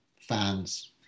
fans